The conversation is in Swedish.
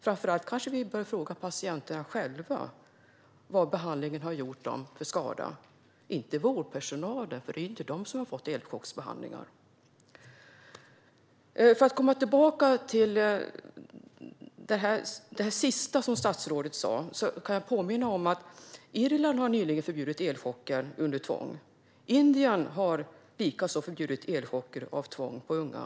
Framför allt kanske vi bör fråga patienterna själva vad behandlingen har gjort för skada - inte vårdpersonalen, för det är ju inte de som har fått elchocksbehandlingar. För att komma tillbaka till det sista som statsrådet sa kan jag påminna om att Irland nyligen har förbjudit elchocker under tvång. Indien har likaså förbjudit elchocker under tvång på unga.